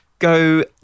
Go